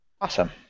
Awesome